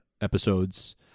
Episodes